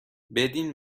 بدین